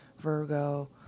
Virgo